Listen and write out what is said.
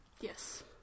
Yes